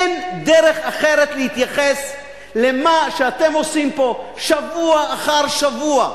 אין דרך אחרת להתייחס למה שאתם עושים פה שבוע אחר שבוע,